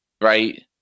right